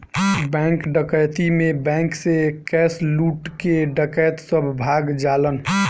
bank डकैती में bank से कैश लूट के डकैत सब भाग जालन